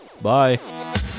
bye